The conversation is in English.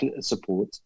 support